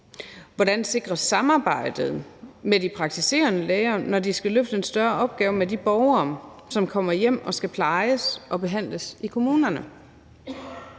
Hvordan sikres samarbejdet med de praktiserende læger, når de skal løfte en større opgave med de borgere, som kommer hjem og skal plejes og behandles i kommunerne?